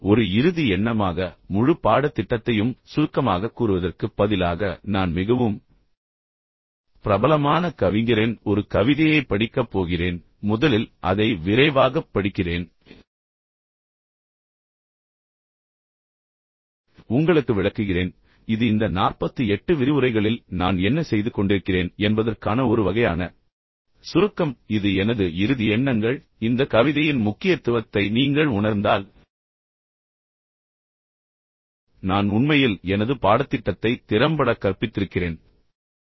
இப்போது ஒரு இறுதி எண்ணமாக முழு பாடத்திட்டத்தையும் சுருக்கமாகக் கூறுவதற்குப் பதிலாக நான் மிகவும் பிரபலமான கவிஞரின் ஒரு கவிதையைப் படிக்கப் போகிறேன் பின்னர் முதலில் அதை விரைவாகப் படிக்கிறேன் பின்னர் உங்களுக்கு விளக்குகிறேன் இது இந்த 48 விரிவுரைகளில் நான் என்ன செய்து கொண்டிருக்கிறேன் என்பதற்கான ஒரு வகையான சுருக்கம் இது எனது இறுதி எண்ணங்கள் இந்த கவிதையின் முக்கியத்துவத்தை நீங்கள் உணர்ந்தால் நான் உண்மையில் எனது பாடத்திட்டத்தை திறம்பட கற்பித்திருக்கிறேன்